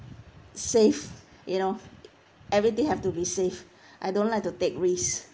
safe you know everything have to be safe I don't like to take risk